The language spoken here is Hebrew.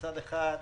שמצד אחד,